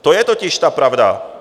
To je totiž ta pravda.